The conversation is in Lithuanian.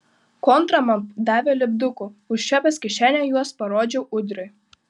kontra man davė lipdukų užčiuopęs kišenėje juos parodžiau ūdriui